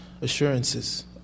assurances